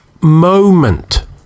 moment